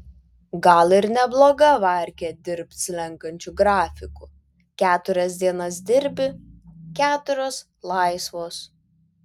gal ir nebloga varkė dirbt slenkančiu grafiku keturias dienas dirbi keturios laisvos